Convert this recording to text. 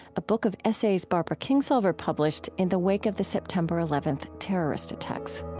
a book of essays barbara kingsolver published in the wake of the september eleventh terrorist attacks